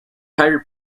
hired